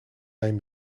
lijn